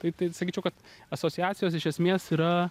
tai tai sakyčiau kad asociacijos iš esmės yra